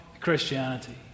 Christianity